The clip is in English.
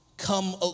come